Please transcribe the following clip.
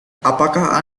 apakah